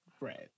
Right